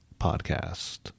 Podcast